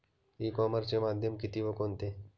E कॉमर्सचे माध्यम किती व कोणते?